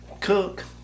cook